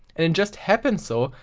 and it just happens so,